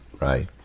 Right